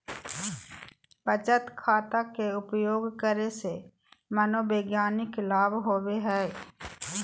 बचत खाता के उपयोग करे से मनोवैज्ञानिक लाभ होबो हइ